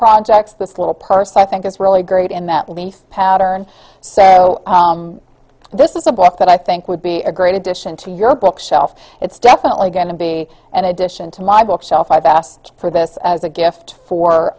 projects this little person i think is really great in that leaf pattern so this is a book that i think would be a great addition to your bookshelf it's definitely going to be an addition to my bookshelf i've asked for this as a gift